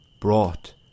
brought